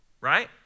right